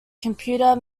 computer